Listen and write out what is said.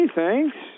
thanks